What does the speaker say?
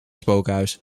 spookhuis